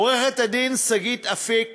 עורכת-הדין שגית אפיק